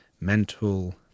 Mental